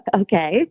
Okay